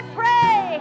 pray